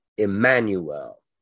Emmanuel